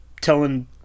telling